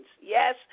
Yes